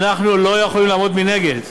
אנחנו לא יכולים לעמוד מנגד.